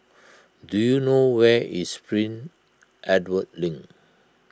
do you know where is Prince Edward Link